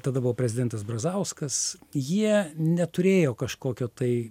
tada buvo prezidentas brazauskas jie neturėjo kažkokio tai